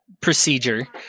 procedure